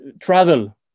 travel